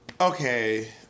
Okay